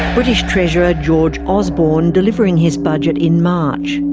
british treasurer george osborne delivering his budget in march.